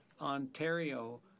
Ontario